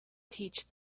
teach